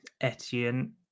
Etienne